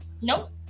nope